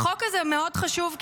החוק הזה מאוד חשוב,